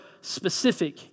specific